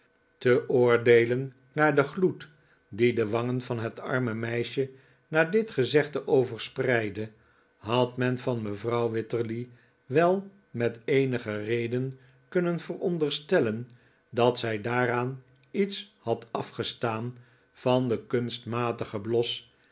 te oordeelen naar den gloed die de wangen van het arme meisje na dit gezegde overspreidde had men van mevrouw wititterly wel met eenige reden kunnen veronderstellen dat zij daaraan iets had afgestaan van den